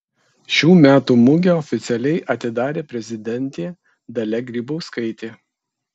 šių metų mugę oficialiai atidarė prezidentė dalia grybauskaitė